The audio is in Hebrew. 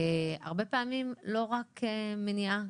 והרבה פעמים לא רק מניעה,